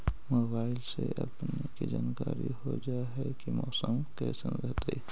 मोबाईलबा से अपने के जानकारी हो जा है की मौसमा कैसन रहतय?